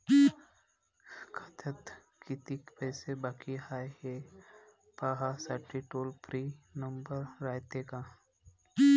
खात्यात कितीक पैसे बाकी हाय, हे पाहासाठी टोल फ्री नंबर रायते का?